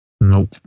Nope